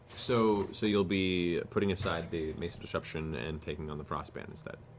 so so you'll be putting aside the mace of disruption and taking on the frostband instead.